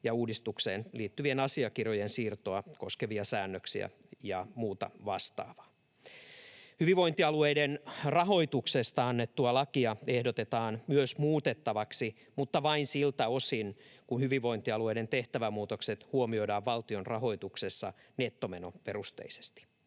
ja uudistukseen liittyvien asiakirjojen siirtoa koskevia säännöksiä ja muuta vastaavaa. Hyvinvointialueiden rahoituksesta annettua lakia ehdotetaan myös muutettavaksi mutta vain siltä osin kuin hyvinvointialueiden tehtävämuutokset huomioidaan valtion rahoituksessa nettomenoperusteisesti.